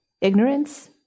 ignorance